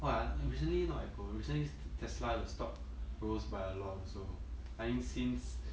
!wah! recently not apple recently is tesla the stock rose by a lot also I think since